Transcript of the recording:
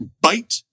bite